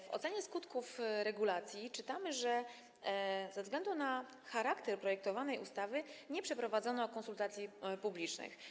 W ocenie skutków regulacji czytamy, że ze względu na charakter projektowanej ustawy nie przeprowadzono konsultacji publicznych.